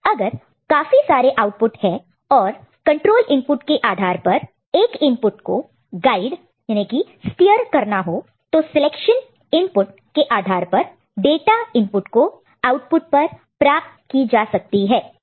अगर काफी सारे आउटपुट है और कंट्रोल इनपुट के आधार पर एक इनपुट को स्टीयर करना हो तो सिलेक्शन इनपुट के आधार पर डाटा इनपुट को स्टीयर कर आउटपुट पर प्राप्त की जा सकती है